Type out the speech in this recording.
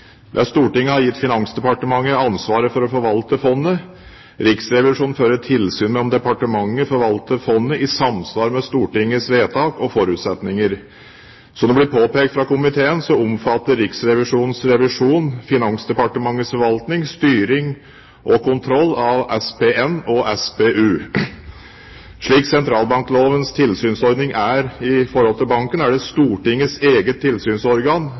Stortinget som har gitt Finansdepartementet ansvaret for å forvalte fondet. Riksrevisjonen fører tilsyn med om departementet forvalter fondet i samsvar med Stortingets vedtak og forutsetninger. Som det blir påpekt fra komiteen, omfatter Riksrevisjonens revisjon Finansdepartementets forvaltning, styring og kontroll av SPN og SPU. Slik sentralbanklovens tilsynsordning er i forhold til banken, er det Stortingets eget tilsynsorgan,